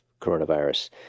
coronavirus